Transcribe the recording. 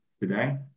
today